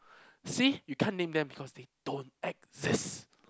see you can't name them because they don't exist